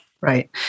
Right